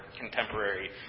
contemporary